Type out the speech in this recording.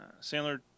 Sandler